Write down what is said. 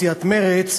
סיעת מרצ,